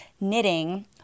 knitting